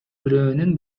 бирөөнүн